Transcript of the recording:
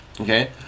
Okay